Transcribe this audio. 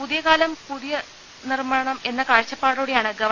പുതിയകാലം പുതിയ നിർമാണം എന്ന കാഴ്ചപ്പാടോടെയാണ് ഗവ